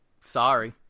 Sorry